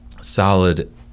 solid